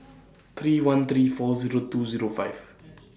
three one three four Zero two Zero five